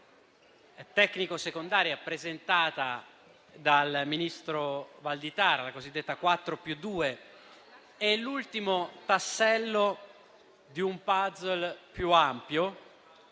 tecnico secondaria presentata dal ministro Valditara, la cosiddetta 4+2, è l'ultimo tassello di un *puzzle* più ampio